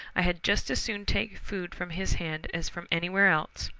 i had just as soon take food from his hand as from anywhere else.